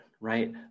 right